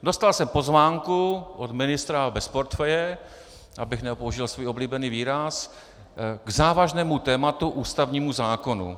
Dostal jsem pozvánku od ministra bez portfeje, abych nepoužil svůj oblíbený výraz, k závažnému tématu, ústavnímu zákonu.